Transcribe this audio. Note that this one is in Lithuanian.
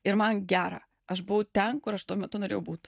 ir man gera aš buvau ten kur aš tuo metu norėjau būt